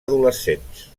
adolescents